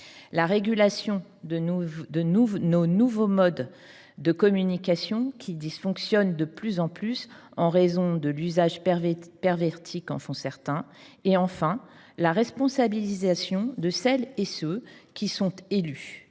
la régulation de nos nouveaux modes de communication, qui dysfonctionnent de plus en plus en raison de l’usage perverti qu’en font certains. Le troisième axe, enfin, est la responsabilisation de celles et ceux qui sont élus.